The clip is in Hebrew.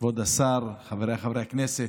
כבוד השר, חבריי חברי הכנסת,